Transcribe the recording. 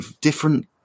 different